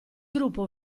gruppo